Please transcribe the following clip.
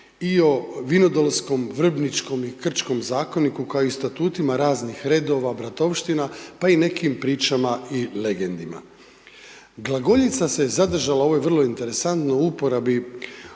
i o Vinodolskom, Vrbničkom i Krčkom zakoniku kao i statutima raznih redova, bratovština pa i nekim pričama i legendama. Glagoljica se zadržala, ovo je vrlo interesantno, u uporabi